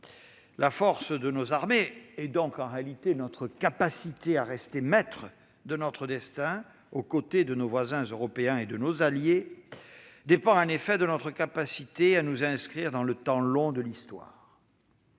La force de nos armées et, donc, notre aptitude à rester maîtres de notre destin aux côtés de nos voisins européens et de nos alliés dépendent en effet de notre capacité à nous inscrire dans le temps long de l'histoire.